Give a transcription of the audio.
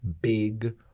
big